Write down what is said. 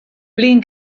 flin